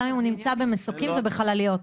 גם הוא נמצא במסוקים ובחלליות.